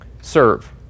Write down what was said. Serve